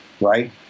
right